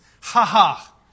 Ha-ha